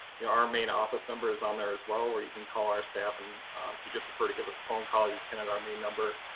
you know, our main office number is on there as well where you can call our staff, and if you just prefer to give us a phone call, you can at our main number.